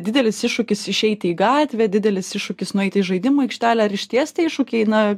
didelis iššūkis išeiti į gatvę didelis iššūkis nueiti į žaidimų aikštelę ar išties tie iššūkiai na